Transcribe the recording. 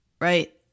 right